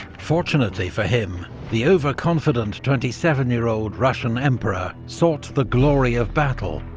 fortunately for him, the overconfident, twenty seven year old russian emperor sought the glory of battle,